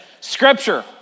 Scripture